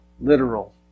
literal